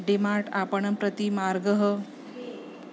D mart आपणं प्रति मार्गः